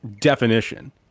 definition